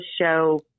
show